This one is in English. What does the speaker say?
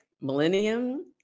millennium